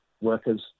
workers